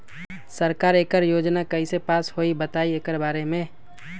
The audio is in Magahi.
सरकार एकड़ योजना कईसे पास होई बताई एकर बारे मे?